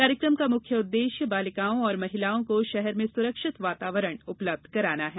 कार्यक्रम का मुख्य उद्देश्य बालिकाओं और महिलाओं को शहर में सुरक्षित वातावरण उपलब्ध कराना है